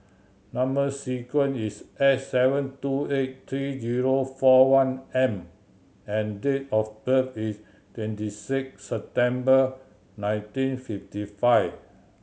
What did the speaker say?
number sequence is S seven two eight three zero four one M and date of birth is twenty six September nineteen fifty five